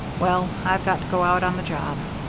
well, i've got to go out on the job.